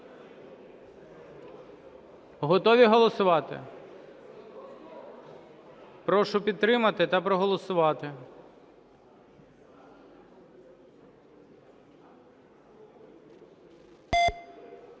Готові голосувати? Прошу підтримати та проголосувати.